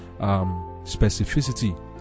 specificity